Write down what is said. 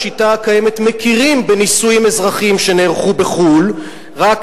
בשיטה הקיימת מכירים בנישואים אזרחיים שנערכו בחוץ-לארץ,